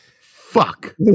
Fuck